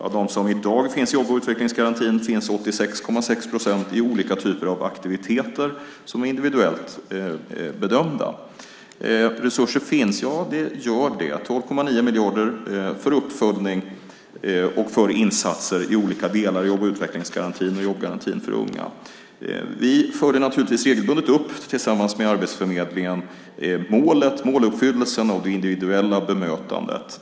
Av dem som i dag är i jobb och utvecklingsgarantin finns 86,6 procent i olika typer av aktiviteter som är individuellt bedömda. Det finns resurser. Det finns 12,9 miljarder för uppföljning och för insatser i olika delar i jobb och utvecklingsgarantin och i jobbgarantin för unga. Vi följer naturligtvis tillsammans med Arbetsförmedlingen regelbundet upp måluppfyllelsen och det individuella bemötandet.